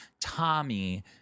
Tommy